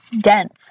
dense